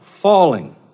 Falling